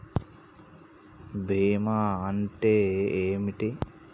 బీమా అంటే ఏమిటి?